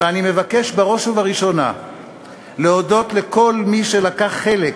ואני מבקש בראש ובראשונה להודות לכל מי שלקח חלק